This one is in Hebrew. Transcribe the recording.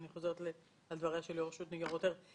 אם אני חוזרת על דבריה של יושבת-ראש ניירות ערך.